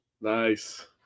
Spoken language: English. Nice